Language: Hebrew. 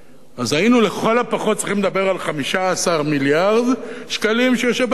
אז היינו לכל הפחות צריכים לדבר על 15 מיליארד שקלים שיוספו בכסף הזה.